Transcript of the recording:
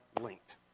linked